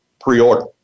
pre-order